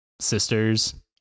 sisters